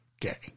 gay